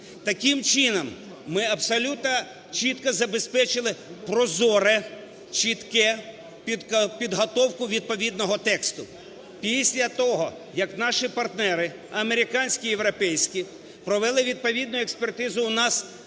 Таким чином, ми абсолютно чітко забезпечили прозоре, чітке… підготовку відповідного тексту. Після того, як наші партнери – американські і європейські – провели відповідну експертизу, в нас